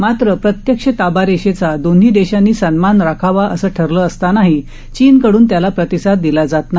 मात्र प्रत्यक्ष ताबा रेषेचा दोन्ही देशांनी सन्मान राखावा असं ठरलं असताना चीनकड्रन त्याला प्रतिसाद दिला जात नाही